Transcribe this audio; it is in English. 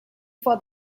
for